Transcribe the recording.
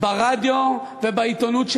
ברדיו ובעיתונות,